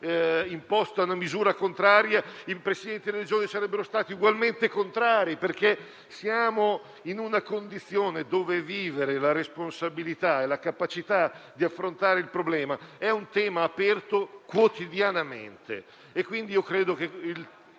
imposta una misura opposta i Presidenti di Regione sarebbero stati ugualmente contrari, è caratteristico di una condizione in cui vivere la responsabilità e la capacità di affrontare il problema sono temi aperti quotidianamente.